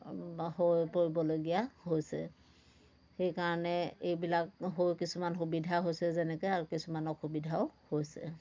হৈ পৰিবলগীয়া হৈছে সেইকাৰণে এইবিলাক হৈ কিছুমান সুবিধা হৈছে যেনেকৈ কিছুমান অসুবিধাও হৈছে